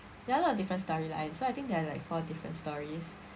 there are a lot of different storylines so I think there are like four different stories